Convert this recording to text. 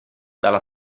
dalla